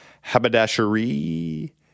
Haberdashery